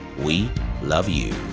we love you!